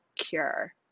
cure